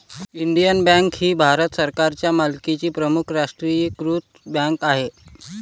Indian bank ही भारत सरकारच्या मालकीची प्रमुख राष्ट्रीयीकृत बँक आहे